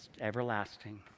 everlasting